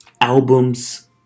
albums